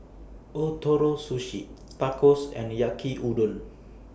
Ootoro Sushi Tacos and Yaki Udon